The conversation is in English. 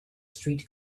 street